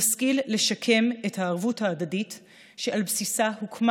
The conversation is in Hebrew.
נשכיל לשקם את הערבות ההדדית שעל בסיסה הוקמה